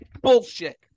bullshit